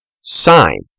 sign